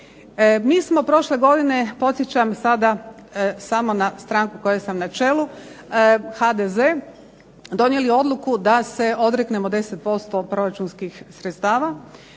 Mi smo prošle godine podsjećam sada samo na stranku kojoj sam na čelu HDZ donijeli odluku da se odreknemo 10% proračunskih sredstava